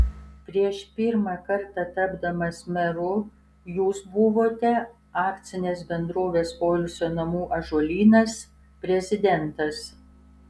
prieš pirmą kartą tapdamas meru jūs buvote akcinės bendrovės poilsio namų ąžuolynas prezidentas